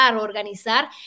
organizar